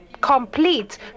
complete